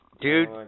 Dude